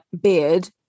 beard